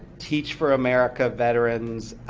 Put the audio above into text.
teach for america veterans,